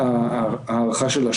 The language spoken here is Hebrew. הדרך שלנו